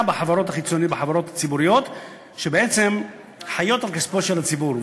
בחברות הציבוריות שבעצם חיות על כספו של הציבור.